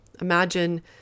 Imagine